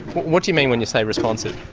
what do you mean when you say responsive